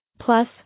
Plus